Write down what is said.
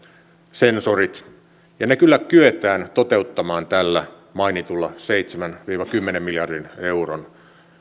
sensorit ja ne kyllä kyetään toteuttamaan tällä mainitulla seitsemän viiva kymmenen miljardin euron